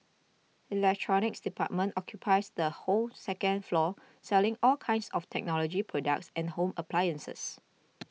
electronics department occupies the whole second floor selling all kinds of technology products and home appliances